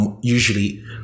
usually